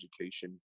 education